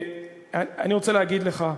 אני רוצה להגיד לך,